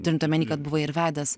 turint omeny kad buvai ir vedęs